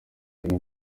bamwe